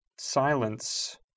Silence